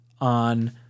on